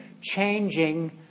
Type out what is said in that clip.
changing